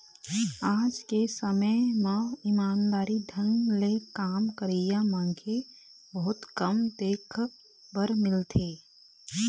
आज के समे म ईमानदारी ढंग ले काम करइया मनखे बहुत कम देख बर मिलथें